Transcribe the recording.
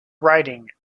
writing